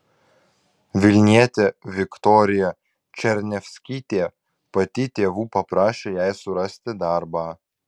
vilnietė viktorija černiavskytė pati tėvų paprašė jai surasti darbą